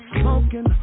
smoking